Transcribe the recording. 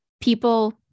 people